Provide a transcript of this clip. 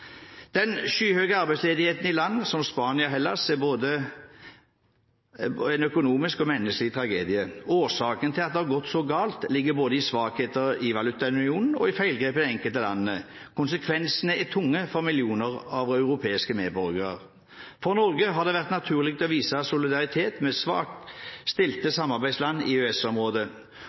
Den skyhøye arbeidsledigheten i land som Spania og Hellas er både en økonomisk og menneskelig tragedie. Årsakene til at det har gått så galt, ligger både i svakheter i valutaunionen og i feilgrep i de enkelte landene. Konsekvensene er tunge for millioner av europeiske medborgere. For Norge har det vært naturlig å vise solidaritet med svakt stilte samarbeidsland i